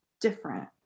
different